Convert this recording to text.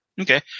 Okay